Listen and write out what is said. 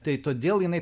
tai todėl jinai